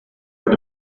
read